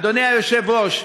אדוני היושב-ראש,